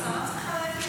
השרה צריכה להגיע.